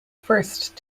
first